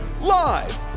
Live